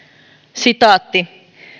sitaatti